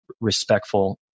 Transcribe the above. respectful